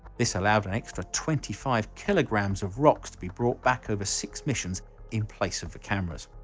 this allowed an extra twenty five kilograms of rocks to be brought back over six missions in place of the cameras.